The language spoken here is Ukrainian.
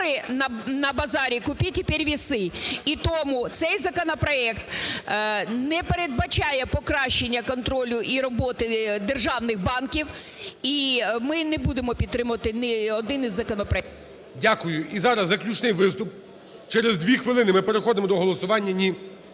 Дякую. І зараз заключний виступ. Через 2 хвилини ми переходимо до голосування.